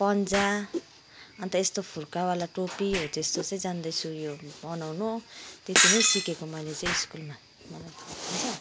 पन्जा अन्त यस्तो फुर्का वाला टोपी हो त्यस्तो चाहिँ जान्दछु यो बनाउनु त्यति नै सिकेको मैले चाहिँ स्कुलमा